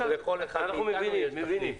אנחנו מבינים.